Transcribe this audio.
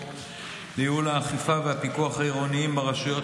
לייעול האכיפה והפיקוח העירוניים ברשויות